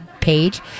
page